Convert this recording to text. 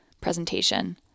presentation